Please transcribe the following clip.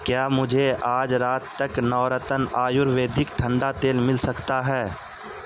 کیا مجھے آج رات تک نورتن آیورویدک ٹھنڈا تیل مل سکتا ہے